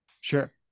sure